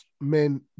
men